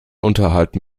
unterhalten